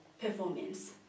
performance